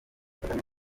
kagame